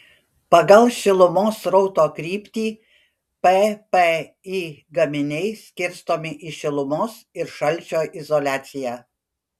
pagal šilumos srauto kryptį ppi gaminiai skirstomi į šilumos ir šalčio izoliaciją